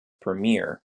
premier